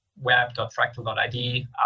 web.fractal.id